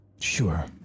Sure